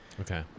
Okay